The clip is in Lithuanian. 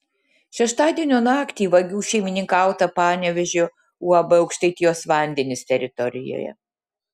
šeštadienio naktį vagių šeimininkauta panevėžio uab aukštaitijos vandenys teritorijoje